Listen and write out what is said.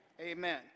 Amen